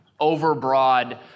overbroad